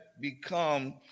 become